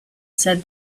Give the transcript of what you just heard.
said